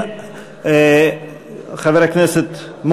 בבקשה, גברתי.